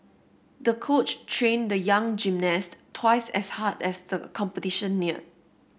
the coach trained the young gymnast twice as hard as the competition neared